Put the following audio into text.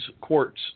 quartz